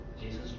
Jesus